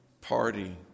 party